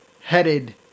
headed